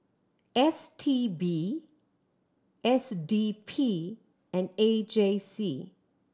S T B S D P and A J C